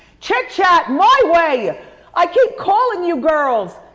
chitchat, myway. i keep calling you girls.